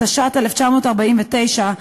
התש"ט 1949,